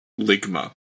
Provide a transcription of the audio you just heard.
Ligma